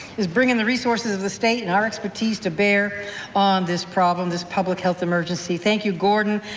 is bringing the resources of the state and our expertise to bear on this problem, this public health emergency. thank you, gordon.